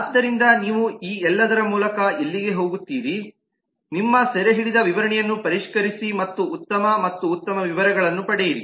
ಆದ್ದರಿಂದ ನೀವು ಈ ಎಲ್ಲದರ ಮೂಲಕ ಎಲ್ಲಿಗೆ ಹೋಗುತ್ತೀರಿ ನಿಮ್ಮ ಸೆರೆಹಿಡಿದ ವಿವರಣೆಯನ್ನು ಪರಿಷ್ಕರಿಸಿ ಮತ್ತು ಉತ್ತಮ ಮತ್ತು ಉತ್ತಮ ವಿವರಗಳನ್ನು ಪಡೆಯಿರಿ